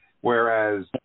Whereas